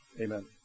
Amen